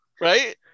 Right